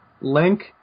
link